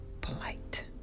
polite